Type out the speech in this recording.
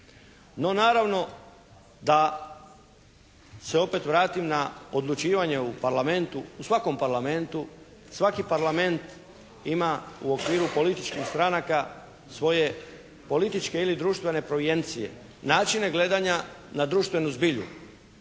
No naravno da se opet vratim na odlučivanje u Parlamentu, u svakom parlamentu, svaki parlament ima u okviru političkih stranaka svoje političke ili društvene provijencije. Načine gledanja na društvenu zbilju.